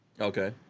Okay